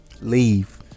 Leave